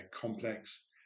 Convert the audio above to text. complex